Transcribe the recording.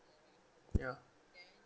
ya